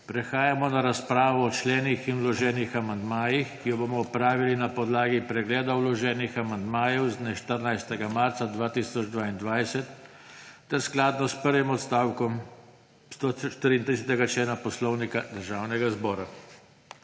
Prehajamo na razpravo o členih in vloženih amandmajih, ki jo bomo opravili na podlagi pregleda vloženih amandmajev z dne 14. marca 2022 ter skladno s prvim odstavkom 134. člena Poslovnika Državnega zbora.